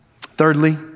Thirdly